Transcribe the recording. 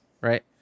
right